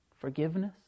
forgiveness